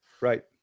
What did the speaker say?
right